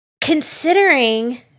considering